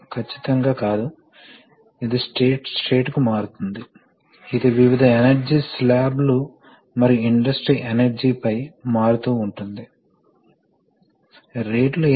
కాబట్టి అవి off vent మరియు ఆన్ కాబట్టి దీనిని ఆఫ్ చేయవచ్చు ఈ సందర్భంలో గాలి ప్రవహించదు అది ఆన్లో ఉంటే గాలి ఇన్లెట్ నుండి అవుట్లెట్ కు వెళ్తుంది మరియు అది వెంట్ మోడ్ లో ఉంటే ఇన్లెట్ మరియు అవుట్లెట్ వాతావరణానికి అనుసంధానించబడుతుంది